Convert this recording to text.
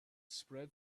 spread